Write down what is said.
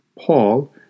Paul